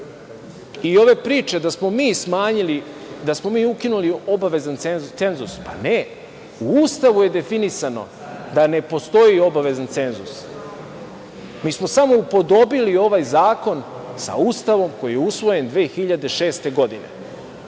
I ove priče da smo mi smanjili, da smo mi ukinuli obavezan cenzus, pa ne, u Ustavu je definisano da ne postoji obavezan cenzus. Mi smo samo upodobili ovaj zakon sa Ustavom koji je usvojen 2006. godine.